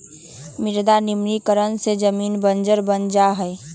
मृदा निम्नीकरण से जमीन बंजर बन जा हई